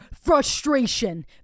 frustration